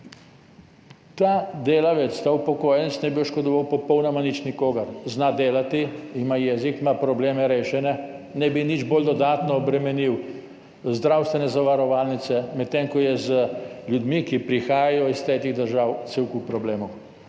Ta delavec, ta upokojenec ne bi oškodoval popolnoma nikogar. Zna delati, zna jezik, rešene ima probleme, nič bolj ne bi dodatno obremenil zdravstvene zavarovalnice, medtem ko je z ljudmi, ki prihajajo iz tretjih držav, cel kup problemov.